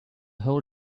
whole